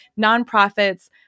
nonprofits